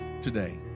today